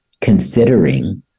considering